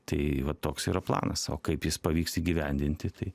tai va toks yra planas o kaip jis pavyks įgyvendinti tai